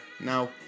now